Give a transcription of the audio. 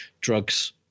Drugs